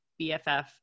BFF